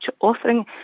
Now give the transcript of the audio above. offering